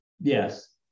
Yes